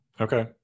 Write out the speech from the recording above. Okay